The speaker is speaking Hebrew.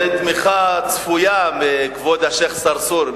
זאת תמיכה צפויה מכבוד השיח' צרצור,